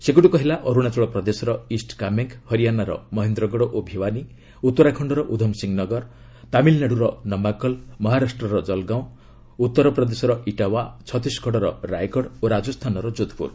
ସେଗୁଡ଼ିକ ହେଲା ଅରୁଣାଚଳ ପ୍ରଦେଶର ଇଷ୍ଟ କାମେଙ୍ଗ୍ ହରିଆଶାର ମହେନ୍ଦ୍ରଗଡ଼ ଓ ଭିୱାନି ଉତ୍ତରାଖଣ୍ଡର ଉଦ୍ଧମସିଂହ ନଗର ତାମିଲନାଡୁର ନମାକୁଲ ମହାରାଷ୍ଟ୍ରର ଜଲଗାଓଁ ଉତ୍ତରପ୍ରଦେଶର ଇଟାୱା ଛତିଶଗଡ଼ର ରାୟଗଡ଼ ଓ ରାଜସ୍ଥାନର କୋଧପୁର